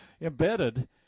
embedded